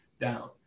down